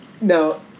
now